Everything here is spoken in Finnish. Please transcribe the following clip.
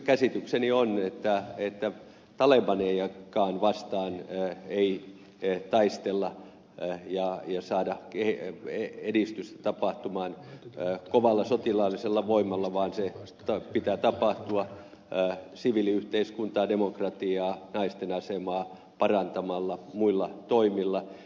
käsitykseni on että talebanejakaan vastaan ei taistella ja saada edistystä tapahtumaan kovalla sotilaallisella voimalla vaan se pitää tapahtua siviiliyhteiskuntaa demokratiaa naisten asemaa parantamalla muilla toimilla